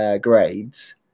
grades